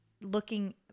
looking